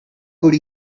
could